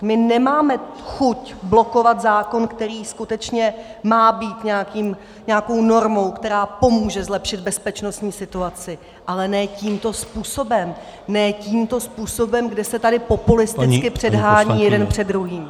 My nemáme chuť blokovat zákon, který skutečně má být nějakou normou, která pomůže zlepšit bezpečnostní situaci, ale ne tímto způsobem, ne tímto způsobem , kdy se tady populisticky předhání jeden před druhým.